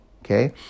okay